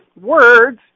words